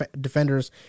defenders